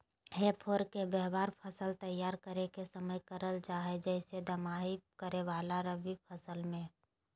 हे फोर्क के व्यवहार फसल तैयारी के समय करल जा हई, जैसे दमाही करे वाला रवि फसल मे